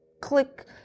click